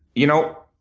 you know,